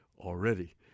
already